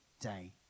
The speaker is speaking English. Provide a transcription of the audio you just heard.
day